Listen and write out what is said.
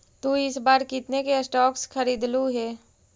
तु इस बार कितने के स्टॉक्स खरीदलु हे